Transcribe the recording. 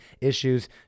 issues